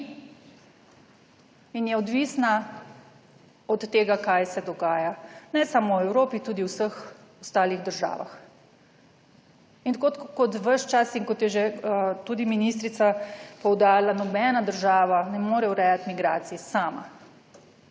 in je odvisna od tega, kaj se dogaja, ne samo v Evropi, tudi v vseh ostalih državah. In tako kot ves čas in kot je že tudi ministrica poudarila, nobena država ne more urejati migracij sama,